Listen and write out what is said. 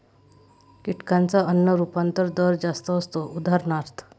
कीटकांचा अन्न रूपांतरण दर जास्त असतो, उदा